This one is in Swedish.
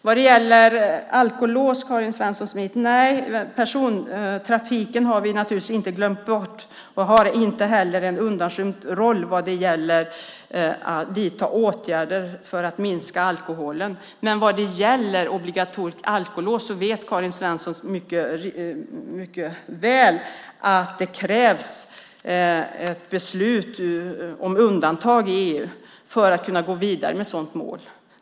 Vad gäller alkolås, Karin Svensson Smith, har vi naturligtvis inte glömt bort persontrafiken och har inte heller en undanskymd roll vad gäller att vidta åtgärder för att minska alkoholen. Men vad gäller obligatoriskt alkolås vet Karin Svensson Smith mycket väl att det krävs ett beslut om undantag i EU för att man ska kunna gå vidare med ett sådant mål.